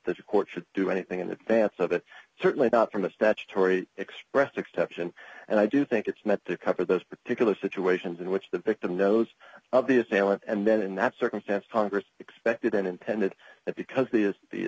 the court should do anything in advance of it certainly not from the statutory expressed exception and i do think it's meant to cover those particular situations in which the victim knows of the assailant and then in that circumstance congress expected an intended that because the is the